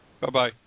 Bye-bye